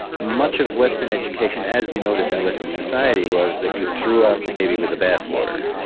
much of western education as we notice in western society, was that you threw out the baby with the bath water.